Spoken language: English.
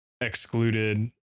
excluded